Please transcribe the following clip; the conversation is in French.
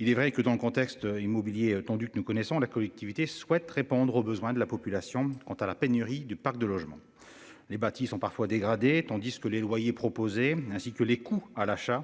Il est vrai que dans le contexte immobilier tandis que nous connaissons la collectivité souhaite répondre aux besoins de la population. Quant à la pénurie du parc de logements. Les bâtisses sont parfois dégradées tandis que les loyers proposés ainsi que les coûts à l'achat